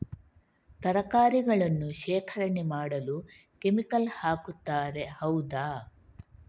ತರಕಾರಿಗಳನ್ನು ಶೇಖರಣೆ ಮಾಡಲು ಕೆಮಿಕಲ್ ಹಾಕುತಾರೆ ಹೌದ?